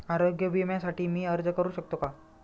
आरोग्य विम्यासाठी मी अर्ज करु शकतो का?